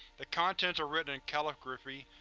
the contents are written in calligraphy,